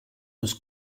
was